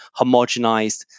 homogenized